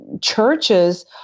churches